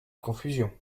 confusion